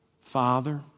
Father